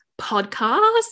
podcast